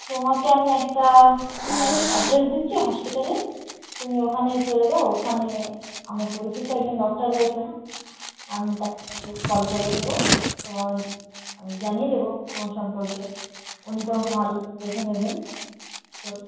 তোমাকে আমি একটা অ্যাড্রেস দিচ্ছি হসপিটালের তুমি ওখানে চলে যাও ওখানে আমার পরিচিত একজন ডক্টর রয়েছেন আমি তাকে কল করে দেবো তোমার আমি জানিয়ে দেবো তোমার সম্পর্কে উনি তোমাকে ভালো করে দেখে নেবেন তো